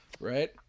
right